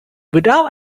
without